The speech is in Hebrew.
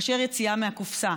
מאשר יציאה מהקופסה,